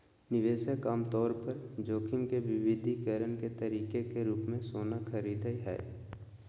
निवेशक आमतौर पर जोखिम के विविधीकरण के तरीके के रूप मे सोना खरीदय हय